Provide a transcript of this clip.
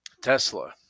Tesla